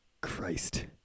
Christ